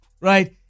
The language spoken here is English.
right